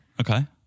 okay